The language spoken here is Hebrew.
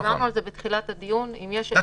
דיברנו על זה בתחילת הדיון --- את יודעת